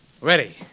Ready